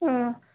অঁ